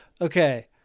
Okay